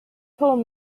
told